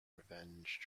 revenge